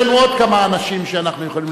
יש לנו עוד כמה אנשים שאנחנו יכולים